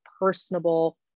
personable